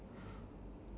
three socks